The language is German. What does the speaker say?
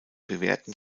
bewährten